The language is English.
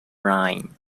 rhine